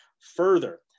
Further